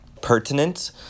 pertinent